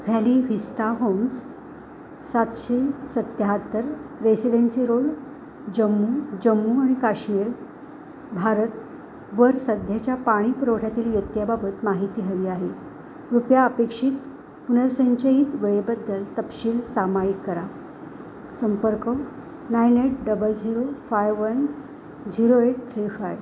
valley Vista Homes सातशे सत्याहत्तर Residency Road Jammu Jammu आणि काश्मीर भारतवर सध्याच्या पाणी पुरवठ्यातील व्यत्ययाबाबत माहिती हवी आहे कृपया अपेक्षित पुनर्संचयित वेळेबद्दल तपशील सामायिक करा संपर्क nine eight double zero five one zero eight three five